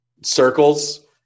circles